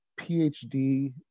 PhD